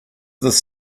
this